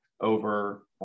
over